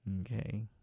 Okay